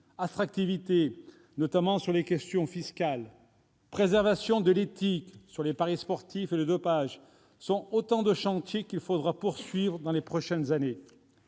l'attractivité, notamment sur les questions fiscales, la préservation de l'éthique sur les paris sportifs et le dopage sont autant de chantiers qu'il faudra poursuivre dans les prochaines années.